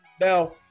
now